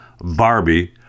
Barbie